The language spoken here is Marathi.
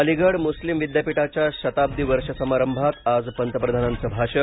अलिगढ मुस्लिम विद्यापीठाच्या शताब्दी वर्ष समारंभात आज पंतप्रधानांचं भाषण